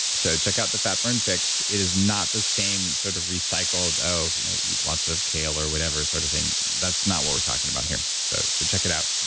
so check out the fatburn fix. it is not the same sort of recycled of you know eat lots of kale or whatever sort of thing. that's not what we're talking about here. so so check it out.